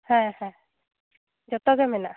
ᱦᱮᱸ ᱦᱮᱸ ᱡᱚᱛᱚ ᱜᱮ ᱢᱮᱱᱟᱜᱼᱟ